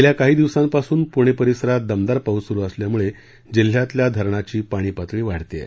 गेल्या काही दिवसांपासून पुणे परिसरात दमदार पाऊस सुरु असल्यामुळे जिल्ह्यातल्या धरणाची पाणी पातळी वाढत आहे